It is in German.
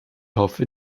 hoffe